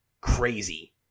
crazy